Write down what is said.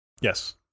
Yes